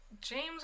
James